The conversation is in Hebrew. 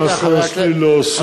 כל מה שיש לי להוסיף,